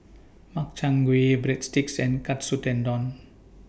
Makchang Gui Breadsticks and Katsu Tendon